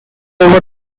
over